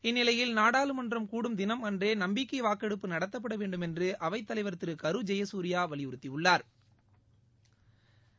இந்நிலையில் நாடாளுமன்றம் கூடும் தினம் அன்றே நம்பிக்கை வாக்கெடுப்பு நடத்தப்பட வேண்டுமென்று அவைத்தலைவா் திரு கரு ஜெயசூரியா வலியுறுத்தியுள்ளாா்